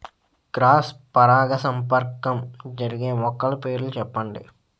Cross పరాగసంపర్కం జరిగే మొక్కల పేర్లు చెప్పండి?